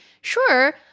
sure